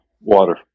Water